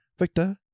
Victor